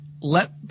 let